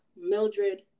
mildred